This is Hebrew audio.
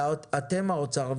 אתם משרד האוצר.